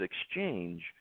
exchange